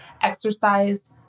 exercise